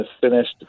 finished